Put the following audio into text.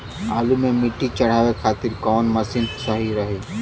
आलू मे मिट्टी चढ़ावे खातिन कवन मशीन सही रही?